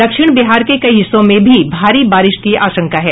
दक्षिण बिहार के कई हिस्सों में भी भारी बारिश की आशंका है